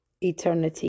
eternity